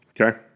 Okay